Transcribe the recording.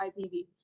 IPV